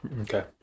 Okay